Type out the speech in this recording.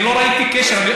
אני לא ראיתי קשר.